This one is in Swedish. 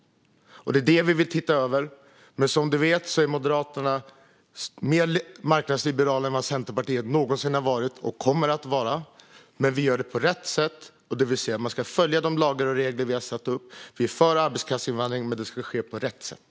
Det är vad vi vill titta över. Som du vet är Moderaterna mer marknadsliberala än vad Centerpartiet någonsin har varit och kommer att vara. Men vi gör det på rätt sätt. Man ska följa de lagar och regler som vi har satt upp. Vi är för arbetskraftsinvandring, men det ska ske på rätt sätt.